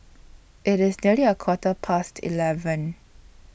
IT IS nearly A Quarter Past eleven